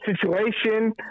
situation